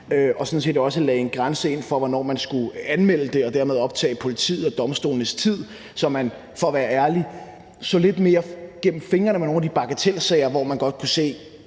som sådan set også lagde en grænse ind for, hvornår man skulle anmelde det og dermed optage politiets og domstolenes tid, så man, for at være ærlig, så lidt mere gennem fingre med nogle af de bagatelsager, hvor man godt kunne se,